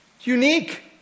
Unique